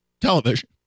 television